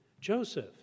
Joseph